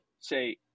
say